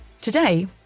Today